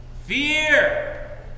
Fear